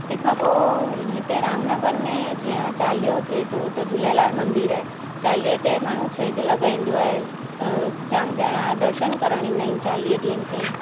तंहिंखां पोइ हिते रामनगर में जीअं चालीहो थिए थो त झूलेलाल मंदर आहे चालीहे ते माण्हू छेॼ लॻाईंदो आहे जाम ॼणा दर्शन करणु ईंदा आहिनि चालीह ॾींहंनि ताईं